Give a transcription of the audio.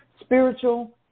spiritual